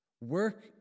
Work